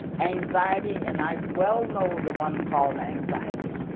anxiety, and i well know the one called anxiety.